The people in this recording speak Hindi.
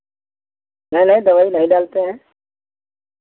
नहीं नहीं दवाई नहीं डालते हैं